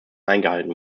eingehalten